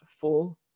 full